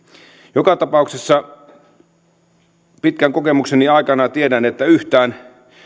joka tapauksessa tiedän että pitkän kokemukseni aikana yhtään